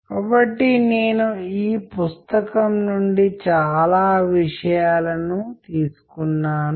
కాబట్టి మనము అనుసరించే చర్చలలో ఆ సమస్యలను పరిశీలిస్తాము